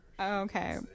Okay